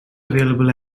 available